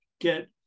get